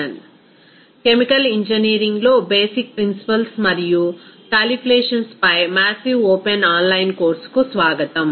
1 state equation of ideal gas and calculation chemical ఇంజనీరింగ్లో basic principles మరియు calculations పై massive open online కోర్సుకు స్వాగతం